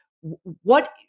what-